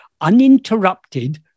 uninterrupted